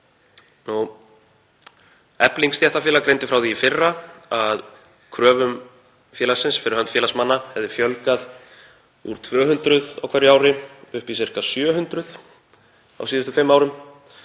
bið. Efling stéttarfélag greindi frá því í fyrra að kröfum félagsins fyrir hönd félagsmanna hefði fjölgað úr 200 á hverju ári upp í um 700 á síðustu fimm árum.